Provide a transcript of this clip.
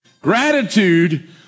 Gratitude